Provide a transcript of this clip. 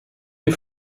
des